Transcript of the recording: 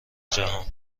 جهان